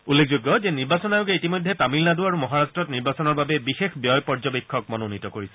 উল্লেখযোগ্য যে নিৰ্বাচন আয়োগে ইতিমধ্যে তামিলনাডু আৰু মহাৰাট্টত নিৰ্বাচনৰ বাবে বিশেষ ব্যয় পৰ্যবেক্ষক মনোনীত কৰিছে